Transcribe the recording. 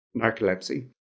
narcolepsy